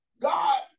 God